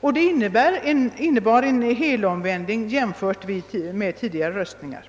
och detta innebar en helomvändning jämfört med röstningen tidigare år.